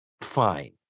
fine